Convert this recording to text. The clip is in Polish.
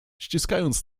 ściskając